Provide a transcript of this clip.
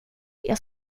jag